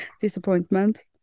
Disappointment